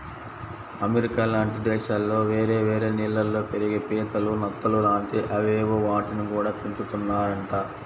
America లాంటి దేశాల్లో వేరే వేరే నీళ్ళల్లో పెరిగే పీతలు, నత్తలు లాంటి అవేవో వాటిని గూడా పెంచుతున్నారంట